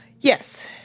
Yes